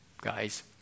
guys